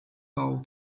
bau